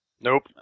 Nope